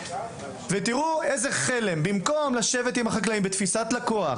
תראו איזה חלם; במקום לשבת עם החקלאים בתפיסת לקוח,